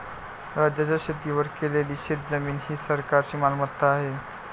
राज्याच्या शेतीवर केलेली शेतजमीन ही सरकारची मालमत्ता आहे